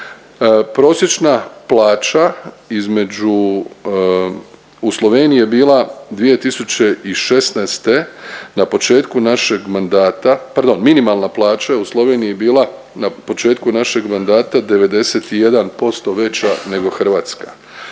Minimalna plaća je u Sloveniji bila na početku našeg mandata 91% veća nego Hrvatska.